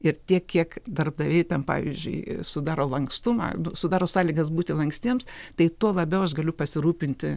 ir tiek kiek darbdaviai ten pavyzdžiui sudaro lankstumą sudaro sąlygas būti lankstiems tai tuo labiau aš galiu pasirūpinti